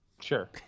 Sure